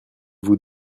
vous